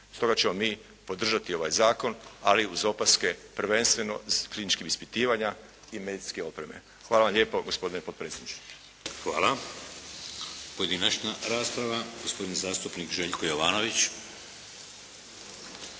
Stoga ćemo mi podržati ovaj zakon, ali uz opaske prvenstvo iz kliničkih ispitivanja i medicinske opreme. Hvala vam lijepo gospodine potpredsjedniče. **Šeks, Vladimir (HDZ)** Hvala. Pojedinačna rasprava. Gospodin zastupnik Željko Jovanović.